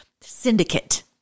syndicate